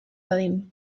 dadin